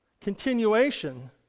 continuation